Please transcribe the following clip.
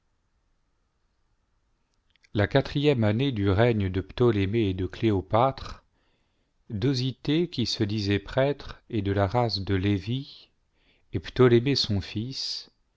la quatrième année du règne de ptolémée et de gléopâtre dosithée qui se disait prêtre et de la race de lévi et ptolémée son fils